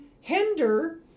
hinder